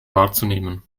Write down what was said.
wahrzunehmen